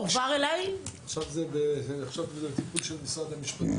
עכשיו זה בטיפול של משרד המשפטים.